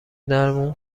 درمون